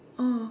oh